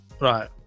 Right